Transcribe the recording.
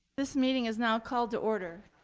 this meeting is now called to order.